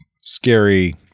scary